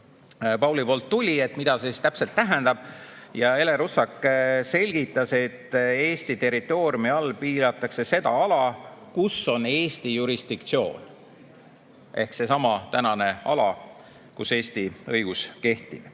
Paulilt tuli –, siis mida see täpselt tähendab. Ele Russak selgitas, et Eesti territooriumi all piiratakse seda ala, kus on Eesti jurisdiktsioon. Ehk seesama tänane ala, kus kehtib Eesti